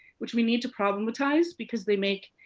which we need to problematize because they make